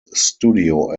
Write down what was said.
studio